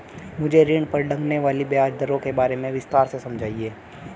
मुझे ऋण पर लगने वाली ब्याज दरों के बारे में विस्तार से समझाएं